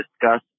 discuss